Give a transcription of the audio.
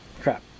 crap